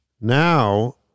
Now